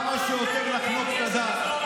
כמה שיותר לחנוק את הדת.